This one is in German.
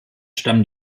stammen